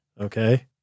Okay